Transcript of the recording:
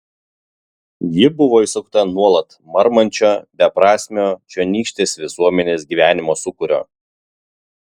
ji buvo įsukta nuolat marmančio beprasmio čionykštės visuomenės gyvenimo sūkurio